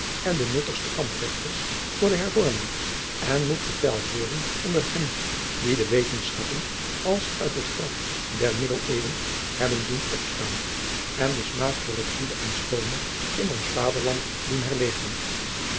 en de nuttigste kampvechters voor de hervorming en moet geteld worden onder hen die de wetenschappen als uit het graf der middeleeuwen hebben doen opstaan en den smaak voor het goede en schoone in ons vaderland doen herleven